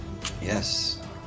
Yes